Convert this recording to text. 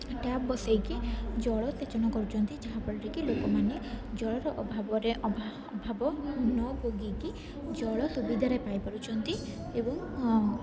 tap ବସେଇକି ଜଳ ସେଚନ କରୁଛନ୍ତି ଯାହାଫଳରେ କି ଲୋକମାନେ ଜଳର ଅଭାବରେ ଅଭାବ ନଭୋଗିକି ଜଳ ସୁବିଧାରେ ପାଇପାରୁଛନ୍ତି ଏବଂ